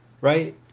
right